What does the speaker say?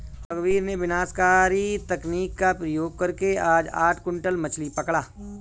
रघुवीर ने विनाशकारी तकनीक का प्रयोग करके आज आठ क्विंटल मछ्ली पकड़ा